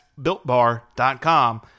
BuiltBar.com